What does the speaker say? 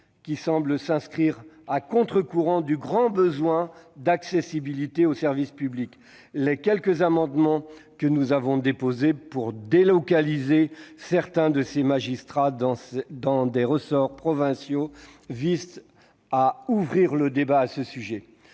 qui semble s'inscrire à contre-courant du grand besoin d'accessibilité aux services publics. Les quelques amendements que nous avons déposés pour délocaliser certains de ces magistrats dans des ressorts provinciaux visent à ouvrir le débat. Je pense